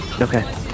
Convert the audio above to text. Okay